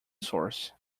source